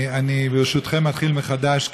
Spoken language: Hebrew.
אני ברשותכם אתחיל מחדש.